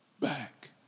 back